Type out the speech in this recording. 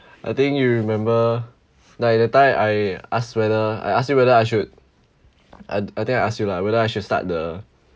I think you remember like that time I ask whether I ask you whether I should I think I ask you lah whether I should start the